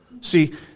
See